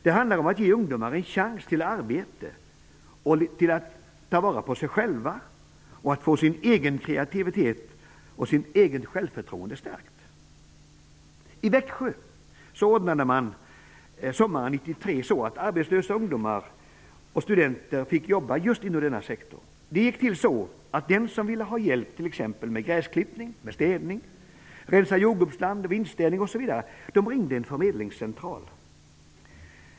Det handlar om att ge ungdomar en chans till arbete och till att ta vara på sig själva och att stärka deras kreativitet och självförtroende. I Växjö ordnade kommunen sommaren 1993 så att arbetslösa skolungdomar och studenter fick jobba just inom denna sektor. Det gick till så att den som ville ha hjälp t.ex. med gräsklippning, städning, rensning av jordgubbsland, vindsstädning osv. ringde en förmedlingscentral.